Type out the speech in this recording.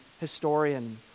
historian